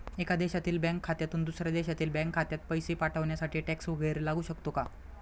एका देशातील बँक खात्यातून दुसऱ्या देशातील बँक खात्यात पैसे पाठवण्यासाठी टॅक्स वैगरे लागू शकतो का?